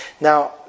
Now